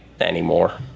anymore